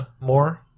more